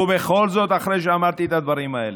ובכל זאת, אחרי שאמרתי את הדברים האלה.